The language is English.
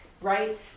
right